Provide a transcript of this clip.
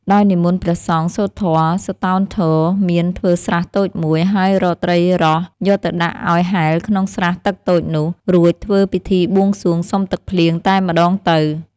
ដោយនិមន្តព្រះសង្ឃ សូត្រធម៌ សុតោន្ធោ មានធ្វើស្រះតូចមួយ ហើយរកត្រីរ៉ស់យកទៅដាក់ឱ្យហែលក្នុងស្រះទឹកតូចនោះ រួចធ្វើពិធីបួងសួងសុំទឹកភ្លៀងតែម្តងទៅ។